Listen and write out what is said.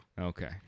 Okay